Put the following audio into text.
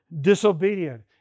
disobedient